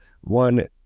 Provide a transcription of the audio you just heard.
one